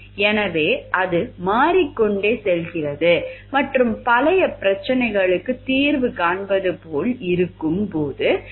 எனவே அது மாறிக்கொண்டே செல்கிறது மற்றும் பழைய பிரச்சனைகளுக்கு தீர்வு காண்பது போல் இருக்கும் போது புதிய பிரச்சனைகள் வரலாம்